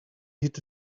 hit